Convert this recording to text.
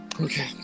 Okay